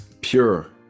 pure